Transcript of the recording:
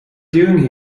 doing